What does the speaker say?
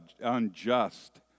unjust